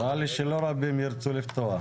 נראה לי שלא רבים ירצו לפתוח.